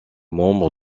membre